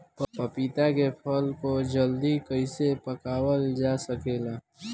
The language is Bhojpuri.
पपिता के फल को जल्दी कइसे पकावल जा सकेला?